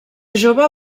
jove